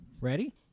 Ready